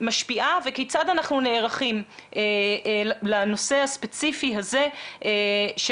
משפיעה וכיצד אנחנו נערכים לנושא הספציפי הזה של